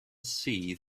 see